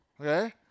okay